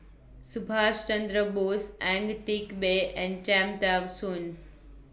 Subhas Chandra Bose Ang Teck Bee and Cham Tao Soon